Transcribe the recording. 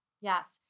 Yes